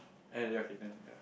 end already okay then ya